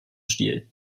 stil